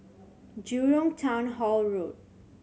Jurong Town Hall Road